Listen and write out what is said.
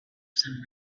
some